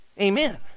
Amen